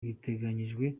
biteganyijwe